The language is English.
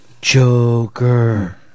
Joker